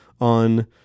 on